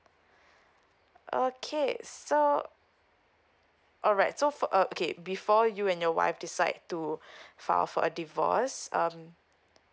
okay so alright so for uh okay before you and your wife decide to file for a divorce um